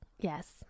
yes